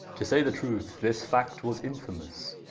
to say the truth, this fact was infamous,